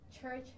church